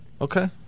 Okay